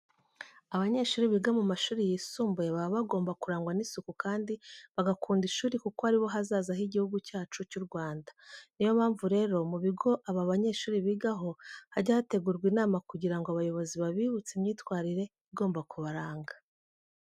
Abanyeshuri biga mu mashuri yisumbuye baba bagomba kurangwa n'isuku kandi bagakunda ishuri kuko ari bo hazaza h'Igihugu cyacu cy'u Rwanda. Niyo mpamvu rero mu bigo aba banyeshuri bigaho hajya hategurwa inama kugira ngo abayobozi babibutse imyitwarire igomba kubaranga.